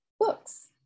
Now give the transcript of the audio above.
books